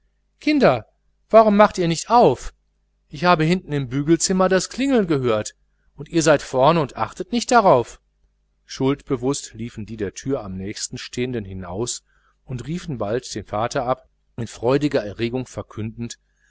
kinder warum macht ihr nicht auf ich habe hinten im bügelzimmer das klingeln gehört und ihr seid vornen und achtet nicht darauf schuldbewußt liefen die der türe am nächsten stehenden hinaus und riefen bald darauf den vater ab in freudiger erregung verkündend